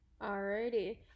Alrighty